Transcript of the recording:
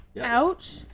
Ouch